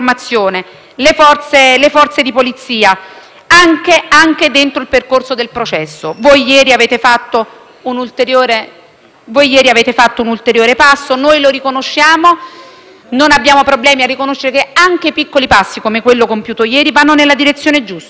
anche dentro il percorso del processo. Voi ieri avete fatto un ulteriore passo e noi lo riconosciamo; non abbiamo problemi a riconoscere che anche piccoli passi, come quello compiuto ieri, vanno nella direzione giusta. Ovviamente valuteremo se ci saranno le risorse necessarie